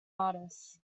artists